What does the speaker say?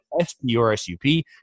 S-P-R-S-U-P